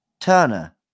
Turner